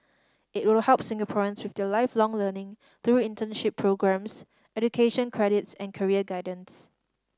it will help Singaporeans with their Lifelong Learning through internship programmes education credits and career guidance